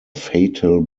fatal